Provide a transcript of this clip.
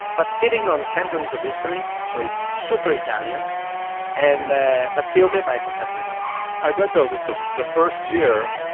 but sitting on centuries of history, so it's super italian and but filtered by a contemporary mind i read, though, that the the first year,